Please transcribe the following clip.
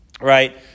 right